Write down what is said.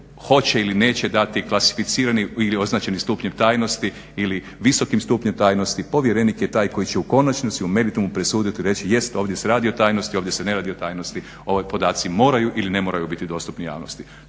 hoće ili neće dati klasificirani ili označeni stupnjem tajnosti ili visokim stupnjem tajnosti, povjerenik je taj koji će u konačnici, u meritumu presuditi i reći jest ovdje se radi o tajnosti, ovdje se ne radi o tajnosti, ovi podaci moraju ili ne moraju biti dostupni javnosti.